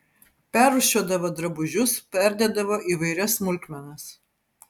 perrūšiuodavo drabužius perdėdavo įvairias smulkmenas